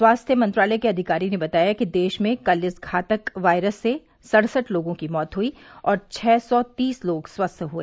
स्वास्थ्य मंत्रालय के अधिकारी ने बताया कि देश में कल इस घातक वायरस से सड़सठ लोगों की मौत हुई और छः सौ तीस लोग स्वस्थ हुए